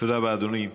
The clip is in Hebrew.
תודה רבה, אדוני.